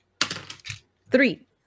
Three